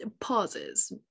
pauses